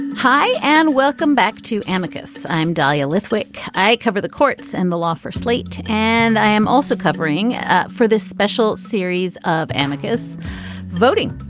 hi and welcome back to amicus. i'm dahlia lithwick. i cover the courts and the law for slate and i am also covering for this special series of amicus voting.